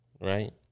Right